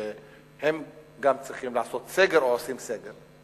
שהם גם צריכים לעשות סגר או עושים סגר.